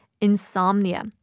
insomnia